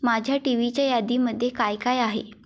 माझ्या टी व्हीच्या यादीमध्ये काय काय आहे